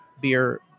beer